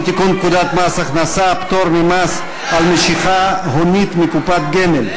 הצעת חוק לתיקון פקודת מס הכנסה (פטור ממס על משיכה הונית מקופת גמל),